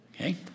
Okay